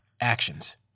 Actions